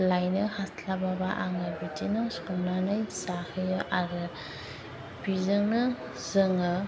लायनो हास्लाबाबा आङो बिदिनो संनानै जाहोयो आरो बिजोंनो जोङो